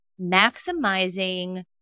maximizing